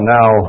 now